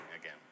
again